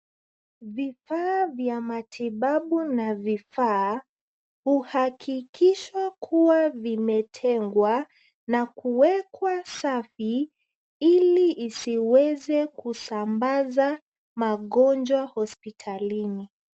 Vifaa vya matibabu na vifaa, huhakikishwa kuwa vimetengwa na kuwekwa safi ili isiweze kusambaza magonjwa hospitalini.